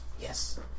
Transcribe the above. Yes